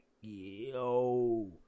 yo